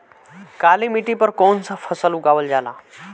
काली मिट्टी पर कौन सा फ़सल उगावल जाला?